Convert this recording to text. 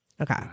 okay